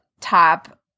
top